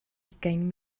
ugain